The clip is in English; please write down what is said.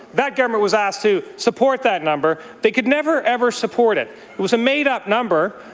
that government was asked to support that number. they could never, ever support it. it was a made-up number.